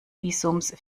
visums